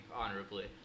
honorably